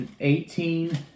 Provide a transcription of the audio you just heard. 18